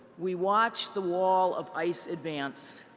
we watch the wall of ice advance.